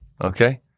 Okay